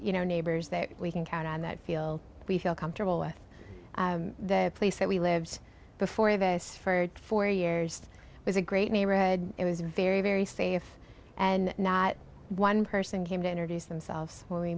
you know neighbors that we can count on that feel we feel comfortable with the place that we lived before this for four years it was a great neighborhood it was very very safe and not one person came to introduce themselves when we